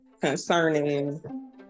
concerning